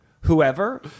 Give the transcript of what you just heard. whoever